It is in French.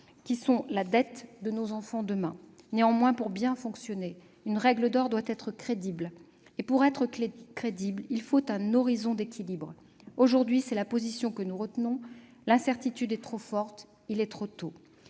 demain, la dette de nos enfants. Néanmoins, pour bien fonctionner, une règle d'or doit être crédible. Et pour assurer cette crédibilité, il faut un horizon d'équilibre. Aujourd'hui, et c'est la position que nous retenons, l'incertitude est trop forte et il est trop tôt.